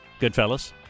Goodfellas